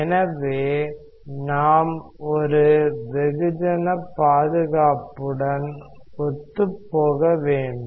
எனவே நாம் ஒரு வெகுஜன பாதுகாப்புடன் ஒத்துப்போக வேண்டும்